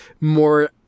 more